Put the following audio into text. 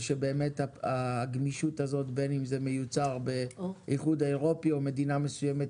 ושבאמת הגמישות הזאת בין אם זה מיוצר באיחוד האירופי או מדינה מסוימת,